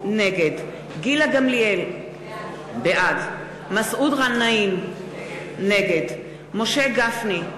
נגד גילה גמליאל, בעד מסעוד גנאים, נגד משה גפני,